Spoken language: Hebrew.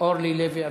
אורלי לוי אבקסיס.